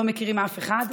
לא מכירים אף אחד.